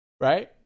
right